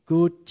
Good